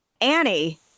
annie